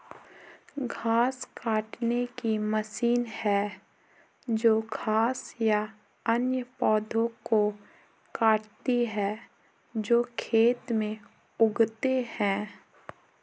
घास काटने की मशीन है जो घास या अन्य पौधों को काटती है जो खेत में उगते हैं